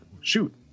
shoot